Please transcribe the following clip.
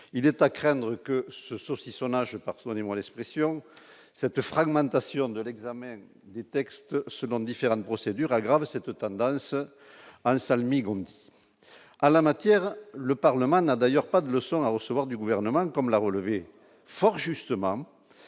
il est à craindre que ce saucissonnage parce on est moins l'expression cette fragmentation de l'examen des textes selon différentes procédures aggraver cette tendance à un salmigondis à la matière, le Parlement n'a d'ailleurs pas de leçon à recevoir du gouvernement, comme l'a relevé, fort justement,